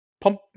pump